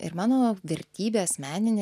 ir mano vertybė asmeninė